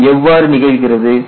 இது எவ்வாறு நிகழ்கிறது